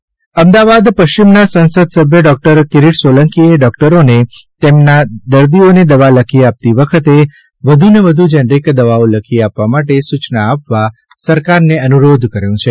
સોલંકી લોકસભા અમદાવાદ પશ્ચિમના સંસદસભ્ય ડોક્ટર કિરીટ સોલંકીએ ડોકટરોને તેમના દર્દીઓને દવા લખી આપતી વખતે વધુને વધુ જેનરિક દવાઓ લખી આપવા માટે સૂચના આપવા સરકારને અનુરોધ કર્યો છે